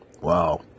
Wow